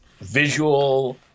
visual